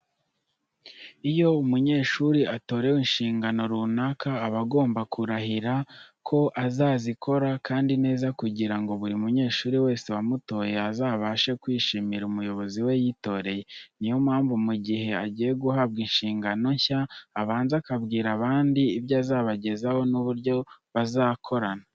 Iyo umunyeshuri atorewe inshingano runaka aba agomba kurahira ko azazikora kandi neza kugira ngo buri munyeshuri wese wamutoye azabashe kwishimira umuyobozi we yitoreye. Ni yo mpamvu mu gihe agiye guhabwa inshingano nshya abanza akabwira abandi ibyo azabagezaho n'uburyo bazakorana.